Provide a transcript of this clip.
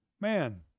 Man